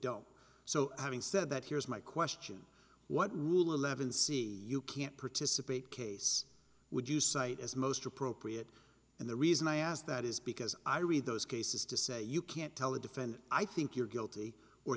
don't so having said that here's my question what rule eleven c you can't participate case would you cite as most appropriate and the reason i ask that is because i read those cases to say you can't tell a defendant i think you're guilty or